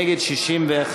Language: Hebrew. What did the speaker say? נגד, 61,